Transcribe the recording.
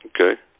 Okay